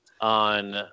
on